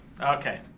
Okay